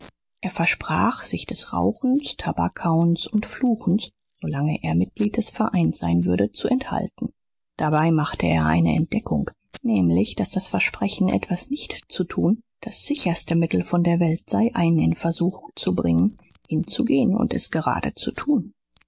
er versprach sich des rauchens tabakkauens und fluchens so lange er mitglied des vereins sein würde zu enthalten dabei machte er eine entdeckung nämlich daß das versprechen etwas nicht zu tun das sicherste mittel von der welt sei einen in versuchung zu bringen hinzugehen und es gerade zu tun